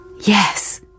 Yes